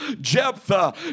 Jephthah